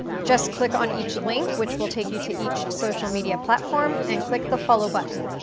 just click on each link which will take you to each social media platform and click the follow button.